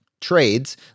trades